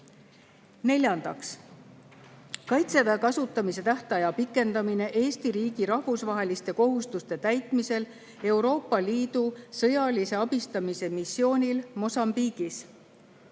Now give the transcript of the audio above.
Neljandaks, "Kaitseväe kasutamise tähtaja pikendamine Eesti riigi rahvusvaheliste kohustuste täitmisel Euroopa Liidu sõjalise abistamise missioonil Mosambiigis".